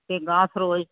ਅਤੇ ਅਗਾਂਹ ਫਿਰੋਜ਼